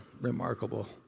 remarkable